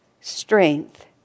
strength